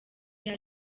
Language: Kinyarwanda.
iyo